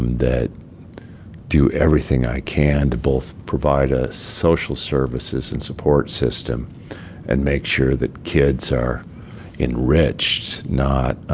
um that do everything i can to both provide a social services and support system and make sure that kids are enriched, not